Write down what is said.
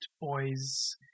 boys